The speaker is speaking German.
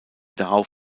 darauf